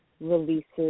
releases